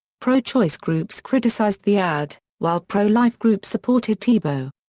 pro-choice groups criticised the ad, while pro-life groups supported tebow.